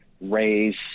race